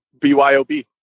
BYOB